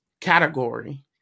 category